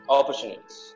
Opportunities